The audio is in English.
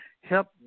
help